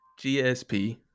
GSP